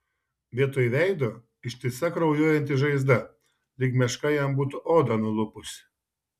vietoj veido ištisa kraujuojanti žaizda lyg meška jam būtų odą nulupusi